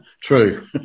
True